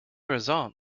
result